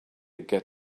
get